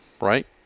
right